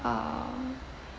uh